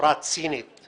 בצורה צינית את